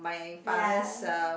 ya